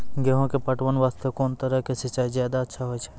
गेहूँ के पटवन वास्ते कोंन तरह के सिंचाई ज्यादा अच्छा होय छै?